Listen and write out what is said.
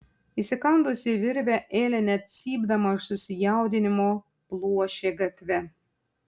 įsikandusi virvę elė net cypdama iš susijaudinimo pluošė gatve